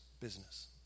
business